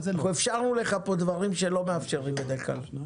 אפשרנו לך כאן דברים שלא מאפשרים בדרך כלל.